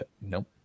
Nope